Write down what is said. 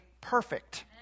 perfect